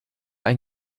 ein